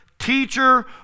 teacher